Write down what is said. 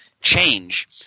change